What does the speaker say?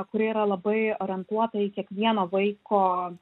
kuri yra labai orientuota į kiekvieno vaiko